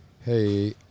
hey